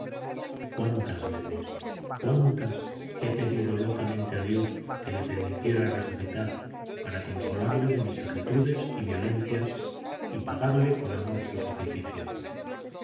cuántas veces cuántas he pedido locamente a dios que le permitiera resucitar para consolarle de mis acritudes y violencias y pagarle con amor su sacrificio